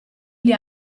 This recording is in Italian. gli